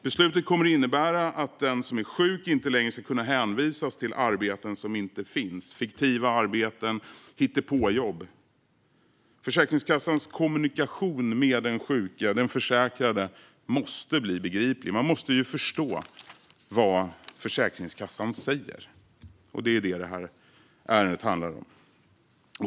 Beslutet kommer att innebära att den som är sjuk inte längre ska kunna hänvisas till arbeten som inte finns, fiktiva arbeten och hittepåjobb. Försäkringskassans kommunikation med den sjuke, den försäkrade, måste bli begriplig. Man måste förstå vad Försäkringskassan säger, och det är det detta ärende handlar om.